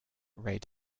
read